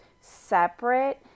separate